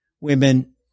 Women